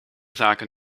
zaken